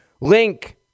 link